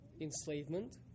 enslavement